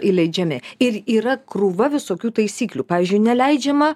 įleidžiami ir yra krūva visokių taisyklių pavyzdžiui neleidžiama